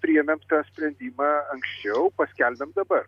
priėmėm tą sprendimą anksčiau paskelbėm dabar